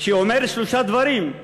שאומרת שלושה דברים: